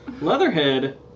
Leatherhead